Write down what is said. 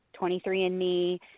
23andMe